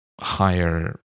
higher